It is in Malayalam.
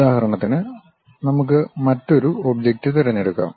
ഉദാഹരണത്തിന് നമുക്ക് മറ്റൊരു ഒബ്ജക്റ്റ് തിരഞ്ഞെടുക്കാം